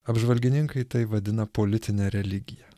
apžvalgininkai tai vadina politine religija